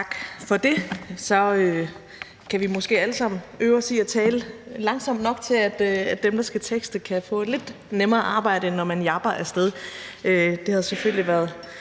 Tak for det. Så kan vi måske alle sammen øve os i at tale langsomt nok, til at de, der skal tekste, kan få lidt nemmere ved arbejdet, end når man japper af sted. Det havde selvfølgelig været